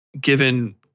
given